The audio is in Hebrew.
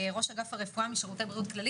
ראש אגף הרפואה משירותי בריאות כללית